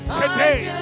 today